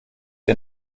die